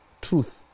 truth